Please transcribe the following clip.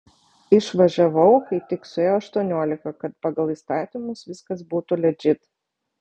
išvažiavau kai tik suėjo aštuoniolika kad pagal įstatymus viskas būtų ledžit